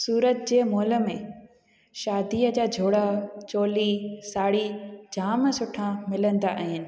सूरत जे मॉल में शादीअ जा जोड़ा चोली साड़ी झाम सुठा मिलंदा आहिनि